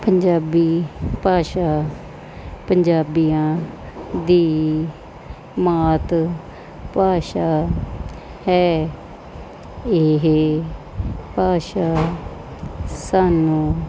ਪੰਜਾਬੀ ਭਾਸ਼ਾ ਪੰਜਾਬੀਆਂ ਦੀ ਮਾਤ ਭਾਸ਼ਾ ਹੈ ਇਹ ਭਾਸ਼ਾ ਸਾਨੂੰ